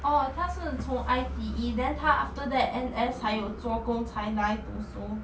orh 他是从 I_T_E then 他 after that N_S 还有做工才读书